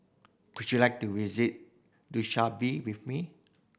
could you like to visit Dushanbe with me